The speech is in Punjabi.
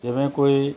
ਜਿਵੇਂ ਕੋਈ